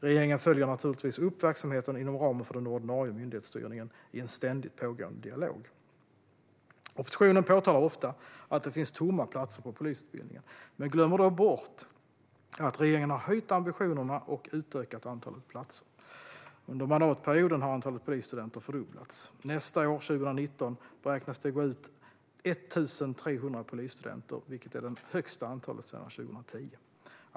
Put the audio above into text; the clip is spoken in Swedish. Regeringen följer naturligtvis upp verksamheten inom ramen för den ordinarie myndighetsstyrningen i en ständigt pågående dialog. Oppositionen påtalar ofta att det finns tomma platser på polisutbildningen men glömmer då bort att regeringen har höjt ambitionerna och utökat antalet platser. Under mandatperioden har antalet polisstudenter fördubblats. Nästa år, 2019, beräknas det gå ut 1 300 polisstudenter, vilket är det högsta antalet sedan 2010.